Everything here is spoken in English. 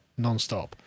nonstop